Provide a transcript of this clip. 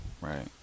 right